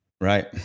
right